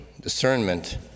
discernment